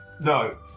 No